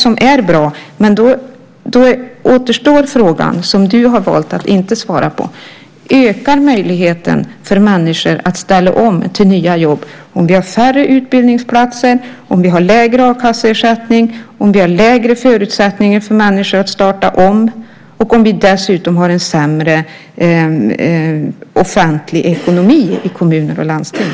Men då återstår den fråga som Krister Hammarbergh har valt att inte svara på: Ökar möjligheten för människor att ställa om till nya jobb om vi har färre utbildningsplatser, lägre a-kasseersättning, sämre förutsättningar för människor att starta om och om vi dessutom har en sämre offentlig ekonomi i kommuner och landsting?